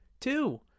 Two